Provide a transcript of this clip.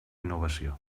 innovació